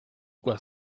was